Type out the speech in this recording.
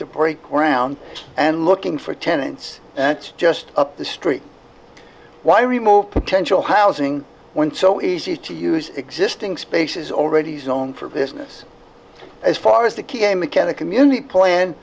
to break around and looking for tenants just up the street why remove potential housing when so easy to use existing spaces already zone for business as far as the key a mechanic community plan